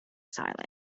silent